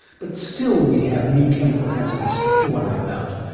but still we have new chemical hazards to worry about.